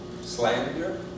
Slander